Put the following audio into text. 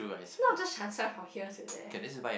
not just transfer from here to there